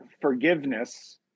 forgiveness